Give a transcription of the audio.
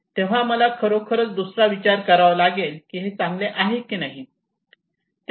तेव्हा मला खरोखर दुसरा विचार करावा लागेल की हे चांगले आहे की नाही